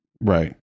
Right